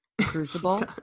Crucible